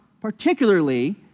particularly